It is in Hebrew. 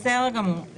בסדר גמור.